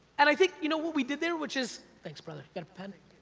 and i think, you know what we did there, which is, thanks brother, you got a pen?